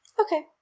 Okay